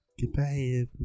Goodbye